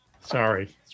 Sorry